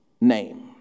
name